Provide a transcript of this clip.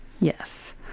Yes